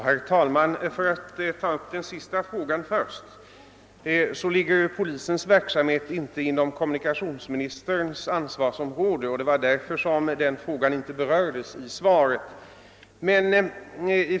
Herr talman! För att ta den sista frågan först vill jag framhålla att polisens verksamhet inte ligger inom kommunikationsministerns ansvarsområde; därför berördes den frågan inte i svaret.